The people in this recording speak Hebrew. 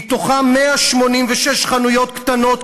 מהם 186 חנויות קטנות,